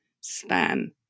span